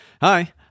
Hi